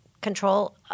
control